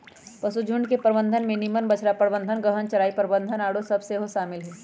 पशुझुण्ड के प्रबंधन में निम्मन बछड़ा प्रबंधन, गहन चराई प्रबन्धन आउरो सभ सेहो शामिल हइ